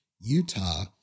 Utah